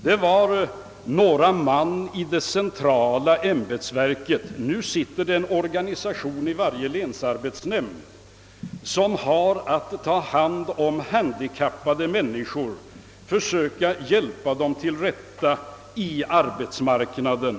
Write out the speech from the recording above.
Det var några man i det centrala ämbetsverket. Nu sitter det i varje länsarbetsnämnd en organisation som har att ta hand om handikappade och försöka hjälpa dem till rätta i arbetsmarknaden.